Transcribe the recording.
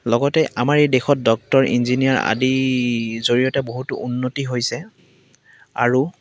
লগতে আমাৰ এই দেশত ডক্তৰ ইঞ্জিনিয়াৰ আদিৰ জৰিয়তে বহুতো উন্নতি হৈছে আৰু